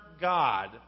God